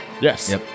Yes